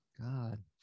God